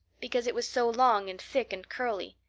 because it was so long and thick and curly.